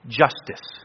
justice